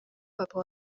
papa